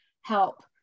help